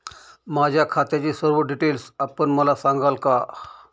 माझ्या खात्याचे सर्व डिटेल्स आपण मला सांगाल का?